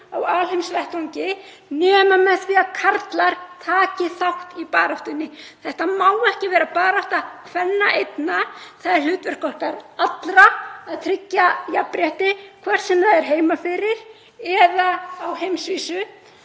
á alheimsvettvangi nema með því að karlar taki þátt í baráttunni. Þetta má ekki vera barátta kvenna einna. Það er hlutverk okkar allra að tryggja jafnrétti, hvort sem það er heima fyrir eða á heimsvísu.